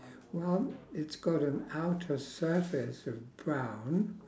well it's got an outer surface of brown